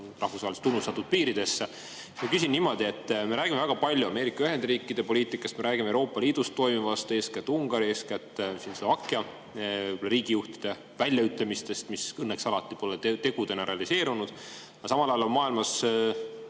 rahvusvaheliselt tunnustatud piiridesse, ma küsin niimoodi. Me räägime väga palju Ameerika Ühendriikide poliitikast, me räägime Euroopa Liidus toimivast, eeskätt Ungari ja Slovakkia riigijuhtide väljaütlemistest, mis õnneks alati pole tegudena realiseerunud. Aga samal ajal on maailmas